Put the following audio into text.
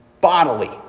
Bodily